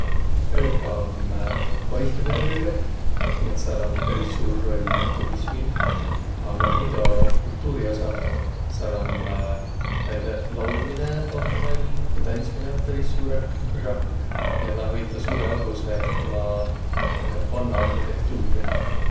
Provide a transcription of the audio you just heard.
Kreeka om Vaihõmere veereh, nii et sääl om peris suur roll turismil. Aga muido kultuuri osah sääl om sääl näide laulminõ om näil ja tandsminõ om peris suurõh kõrrah ja nä hoitvaq suurõ avvo seeh umma vanna arhitektuuri.